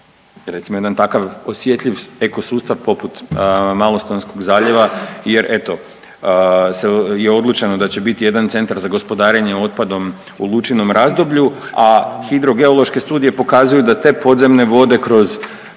recimo, jedan takav osjetljiv ekosustav poput Malostonskog zaljeva, jer eto, se je odlučeno da će biti jedan centar za gospodarenje otpadom u lučinom razdoblju, a hidrogeološke studije pokazuju da te podzemne vode kroz,